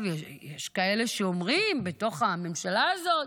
יש כאלה שאומרים, בתוך הממשלה הזאת: